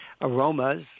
aromas